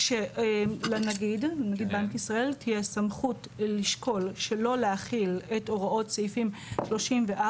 שלנגיד בנק ישראל תהיה סמכות לשקול שלא להחיל את הוראות סעיפים 34,